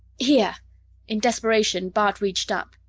here in desperation, bart reached up.